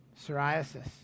psoriasis